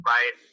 Right